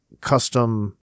custom